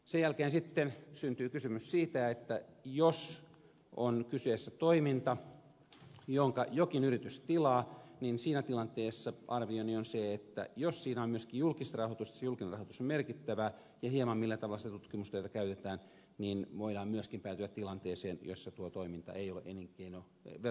sen jälkeen sitten syntyi kysymys siitä että jos on kyseessä toiminta jonka jokin yritys tilaa siinä tilanteessa arvioni on se että jos siinä on myöskin julkista rahoitusta ja se julkinen rahoitus on merkittävää niin riippuen hieman siitä millä tavalla sitä tutkimustyötä käytetään voidaan myöskin päätyä tilanteeseen jossa tuo toiminta ei ole elinkeinoverotettavaa toimintaa